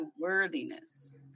worthiness